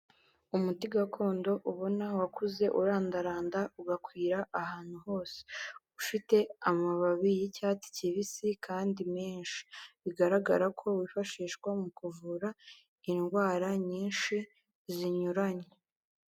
Umuti gakondo ubona wakuze urandaranda ugakwira ahantu hose ufite amababi y'icyatsi kibisi kandi menshi, bigaragara ko wifashishwa mu kuvura indwara nyinshi zinyuranye.